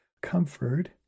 comfort